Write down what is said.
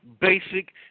basic